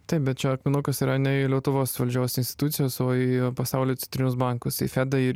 taip bet čia akmenukas yra ne į lietuvos valdžios institucijas o į pasaulio centrinius bankus į fedą ir